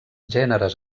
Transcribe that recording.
gèneres